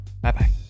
Bye-bye